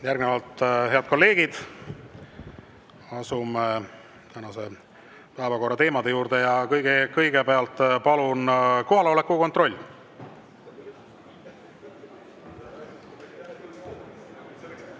Järgnevalt, head kolleegid, asume tänaste päevakorrateemade juurde. Aga kõigepealt, palun kohaloleku kontroll.